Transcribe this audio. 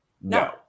No